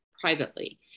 privately